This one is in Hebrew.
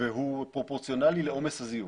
והוא פרופורציונאלי לעומס הזיהום.